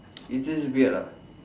it's just weird ah